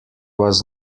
was